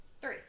three